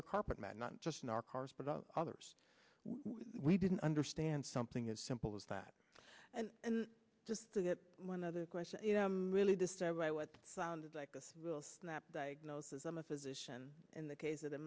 their carpet mat not just in our cars but others we didn't understand something as simple as that and just to get one other question you know i'm really disturbed by what sounded like a real snap diagnosis i'm a physician in the case